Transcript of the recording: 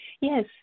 Yes